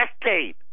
decade